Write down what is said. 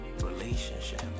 relationship